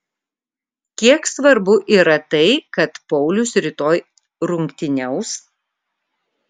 kiek svarbu yra tai kad paulius rytoj rungtyniaus